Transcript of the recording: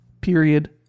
Period